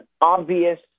obvious